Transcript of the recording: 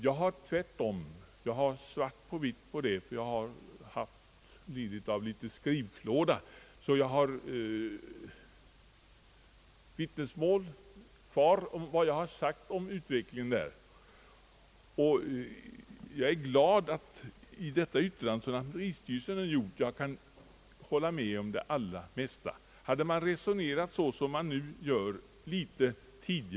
Det förhåller sig tvärtom — jag har svart på vitt på den saken eftersom jag har lidit av litet skrivklåda och därför har vittnesmål kvar om vad jag har sagt i fråga om utvecklingen på detta område — och jag kan med glädje hålla med om det allra mesta av vad lantmäteristyrelsen nu skriver i sitt yttrande.